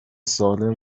سالم